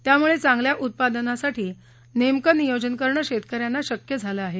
त्यामुळे चांगल्या उत्पादनासाठी नेमकं नियोजन करणं शेतक यांना शक्य झालं आहे